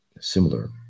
similar